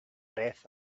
breath